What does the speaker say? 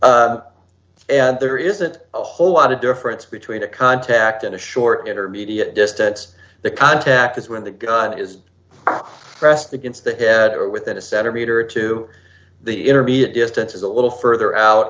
and there isn't a whole lot of difference between a contact in a short intermediate distance the contact is when the gun is pressed against the head or within a centimeter to the intermediate distance is a little further out